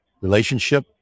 relationship